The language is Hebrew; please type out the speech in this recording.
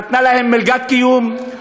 נתנה להם מלגת קיום,